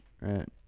right